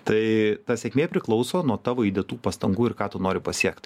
tai ta sėkmė priklauso nuo tavo įdėtų pastangų ir ką tu nori pasiekti